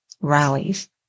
rallies